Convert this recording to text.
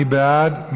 מי בעד?